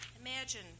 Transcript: Imagine